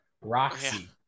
Roxy